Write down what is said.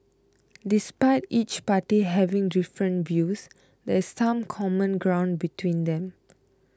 despite each party having different views there is some common ground between them